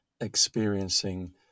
experiencing